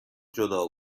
جدا